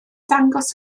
dangos